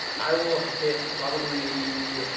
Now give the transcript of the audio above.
i will hit probably